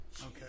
Okay